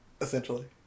essentially